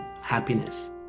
Happiness